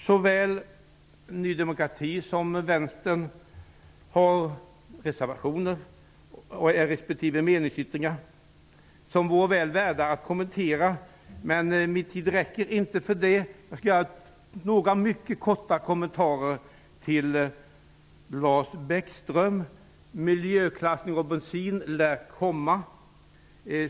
Såväl Ny demokrati som Vänstern har reservationer respektive meningsyttringar som är väl värda att kommentera, men min tid räcker inte till det. Jag vill göra några mycket korta kommentarer till Lars Bäckström. Miljöklassning av bensin lär komma.